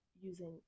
using